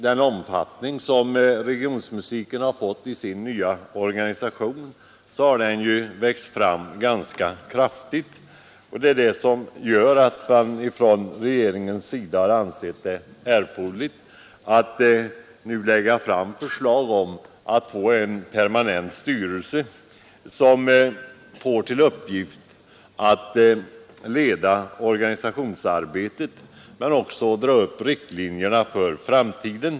Den omfattning som regionmusiken har fått i den nya organisationen är som sagt betydligt större än tidigare, och regeringen har därför ansett det erforderligt att nu lägga fram förslag om en permanent styrelse med uppgift att leda organisationsarbetet och att dra upp riktlinjerna för framtiden.